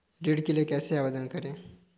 ऋण के लिए कैसे आवेदन करें?